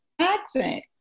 accent